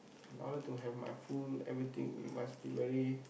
in order to have my full everything you must be very